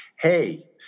hey